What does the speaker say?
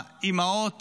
האימהות